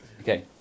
Okay